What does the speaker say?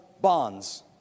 bonds